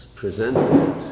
presented